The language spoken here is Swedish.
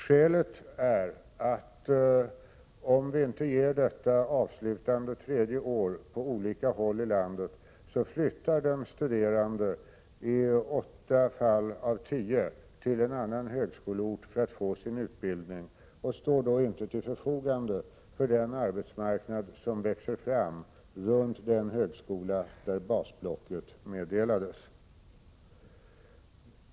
Skälet är att de studerande, om vi inte ger detta avslutande tredje år på olika håll i landet, i åtta fall av tio flyttar till en annan högskoleort för att få sin utbildning och då inte står till förfogande för den arbetsmarknad som växer fram runt den högskola där basblocket meddelades.